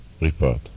report